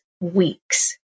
weeks